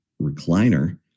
recliner